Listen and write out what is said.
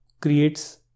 creates